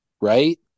right